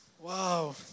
Wow